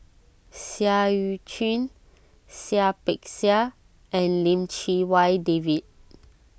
Seah Eu Chin Seah Peck Seah and Lim Chee Wai David